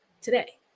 today